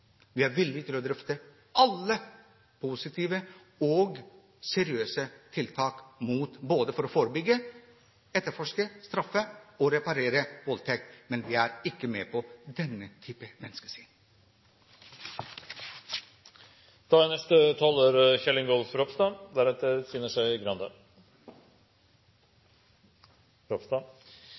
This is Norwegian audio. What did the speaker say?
Vi er villige til å drøfte alle positive og seriøse tiltak mot voldtekt, både for å forebygge, etterforske, straffe og reparere voldtekt. Men vi er ikke med på denne type